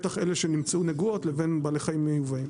בטח אלה שנמצאו נגועות לבין בעלי חיים מיובאים,